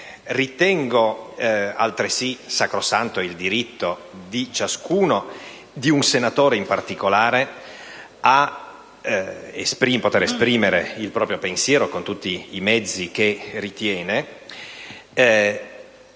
Ritengo altresì sacrosanto il diritto di ciascuno, e di un senatore in particolare, a poter esprimere il proprio pensiero con tutti i mezzi che ritiene.